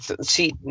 See